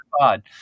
God